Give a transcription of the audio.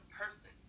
person